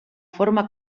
forma